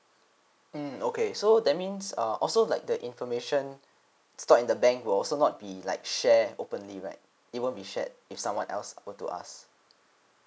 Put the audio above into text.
mm okay so that means uh also like the information store in the bank will also not be like share openly right it won't be shared with someone else over to us